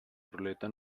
ruleta